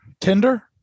Tinder